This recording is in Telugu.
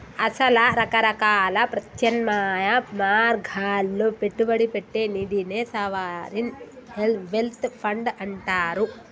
అసల రకరకాల ప్రత్యామ్నాయ మార్గాల్లో పెట్టుబడి పెట్టే నిదినే సావరిన్ వెల్త్ ఫండ్ అంటారు